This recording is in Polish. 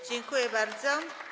Dziękuję bardzo.